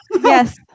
Yes